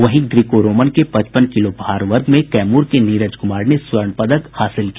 वहीं Greco Roman के पचपन किलो भार वर्ग में कैमूर के नीरज कुमार ने स्वर्ण पदक हासिल किया